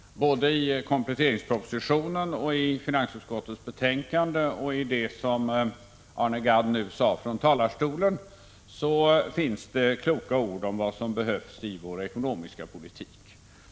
Herr talman! I kompletteringspropositionen, i finansutskottets betänkande och även i Arne Gadds anförande här finns det kloka ord om vad som krävs av vår ekonomiska politik.